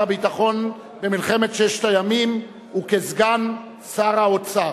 הביטחון במלחמת ששת הימים וכסגן שר האוצר.